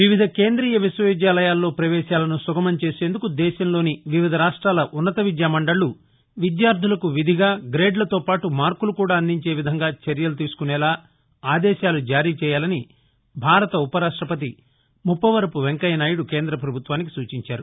వివిధ కేంద్రీయ విశ్వవిద్యాల్లో ప్రవేశాలను సుగమం చేసేందుకు దేశంలోని వివిధ రాష్టాల ఉన్నత విద్యా మండళ్లు విద్యార్దులకు విధిగా గ్రేడ్లతో పాటు మార్కులు కూడా అందించే విధంగా చర్యలు తీసుకునేలా ఆదేశాలు జారీ చేయాలని భారత ఉపరాష్టపతి ముప్పవరపు వెంకయ్య నాయుడు కేంద్ర ప్రభుత్వానికి సూచించారు